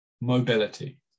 Mobility